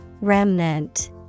Remnant